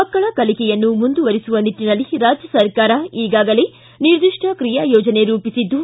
ಮಕ್ಕಳ ಕಲಿಕೆಯನ್ನು ಮುಂದುವರೆಸುವ ನಿಟ್ಟನಲ್ಲಿ ರಾಜ್ಯ ಸರ್ಕಾರ ಈಗಾಗಲೇ ನಿರ್ದಿಷ್ಟ ಕ್ರಿಯಾಯೋಜನೆ ರೂಪಿಸಿದ್ದು